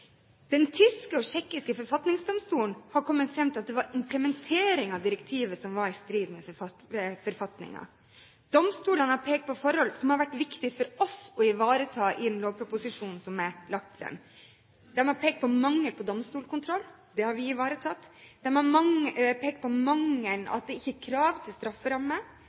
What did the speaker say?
Den tyske og den tsjekkiske forfatningsdomstolen har kommet fram til at det var implementeringen av direktivet som var i strid med forfatningen. Domstolene har pekt på forhold som har vært viktige for oss å ivareta i den lovproposisjonen som er lagt fram. De har pekt på mangel på domstolskontroll. Det har vi ivaretatt. De har pekt på at det ikke er krav til strafferamme.